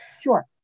Sure